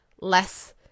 less